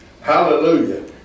Hallelujah